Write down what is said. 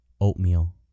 oatmeal